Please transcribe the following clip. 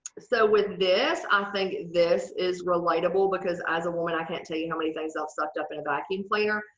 so with this. i think this is relatable because as a woman i can't tell you how many things i've sucked up in a vacuum cleaner.